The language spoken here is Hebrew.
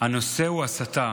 הנושא הוא הסתה,